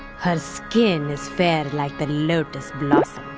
her skin is fair like the lotus blossom.